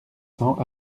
cents